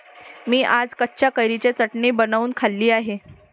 मी आज कच्च्या कैरीची चटणी बनवून खाल्ली होती